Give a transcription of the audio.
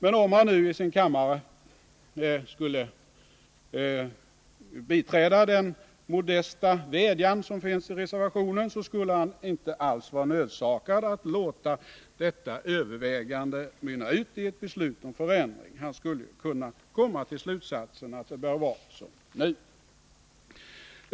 Men om han nu i sin kammare skulle biträda denna modesta vädjan, skulle han inte alls vara nödsakad att låta detta övervägande mynna ut i ett beslut om förändring. Han skulle ju kunna komma till slutsatsen att det bör vara som det är nu.